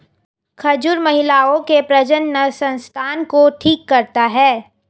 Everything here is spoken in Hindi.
खजूर महिलाओं के प्रजननसंस्थान को ठीक करता है